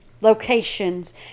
locations